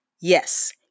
yes